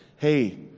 hey